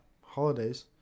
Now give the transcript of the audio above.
holidays